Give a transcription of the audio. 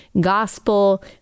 gospel